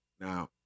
Now